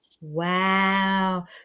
Wow